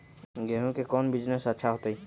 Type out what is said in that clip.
गेंहू के कौन बिजनेस अच्छा होतई?